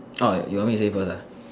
orh you want me to say first ah